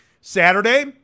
Saturday